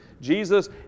Jesus